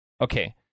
okay